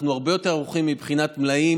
אנחנו הרבה יותר ערוכים מבחינת מלאים